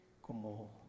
como